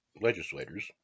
legislators